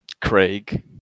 craig